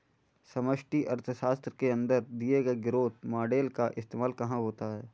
समष्टि अर्थशास्त्र के अंदर दिए गए ग्रोथ मॉडेल का इस्तेमाल कहाँ होता है?